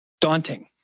Daunting